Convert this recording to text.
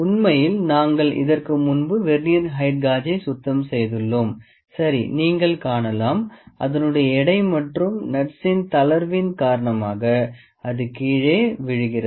உண்மையில் நாங்கள் இதற்கு முன்பு வெர்னியர் ஹெயிட் காஜை சுத்தம் செய்துள்ளோம் சரி நீங்கள் காணலாம் அதனுடைய எடை மற்றும் நட்ஸின் தளர்வின் காரணமாக அது கீழே விழுகிறது